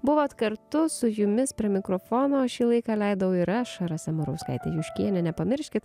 buvot kartu su jumis prie mikrofono šį laiką leidau ir aš rasa murauskaitė juškienė nepamirškit